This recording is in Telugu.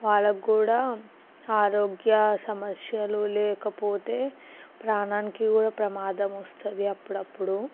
వాళ్ళకి కూడా ఆరోగ్య సమస్యలు లేకపోతే ప్రాణానికి కూడా ప్రమాదం వస్తుంది అప్పుడప్పుడు